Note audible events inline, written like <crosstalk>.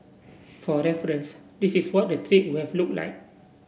for reference this is what the <unintelligible> we've look like